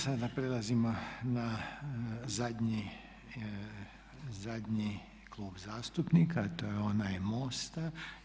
Sada prelazimo na zadnji klub zastupnika, a to je onaj MOST-a.